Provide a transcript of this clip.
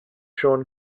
sean